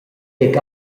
tec